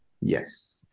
Yes